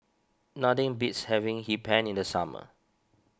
nothing beats having Hee Pan in the summer